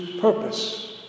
purpose